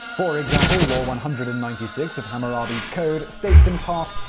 for example, law one hundred and ninety six of hammurabi's code states in part,